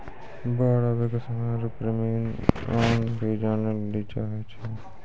बाढ़ आवे के समय आरु परिमाण भी जाने लेली चाहेय छैय?